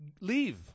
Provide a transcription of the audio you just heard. leave